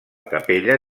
capella